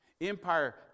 Empire